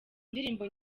ndirimbo